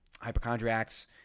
hypochondriacs